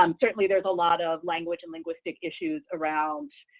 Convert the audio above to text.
um certainly, there's a lot of language and linguistic issues around